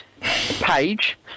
page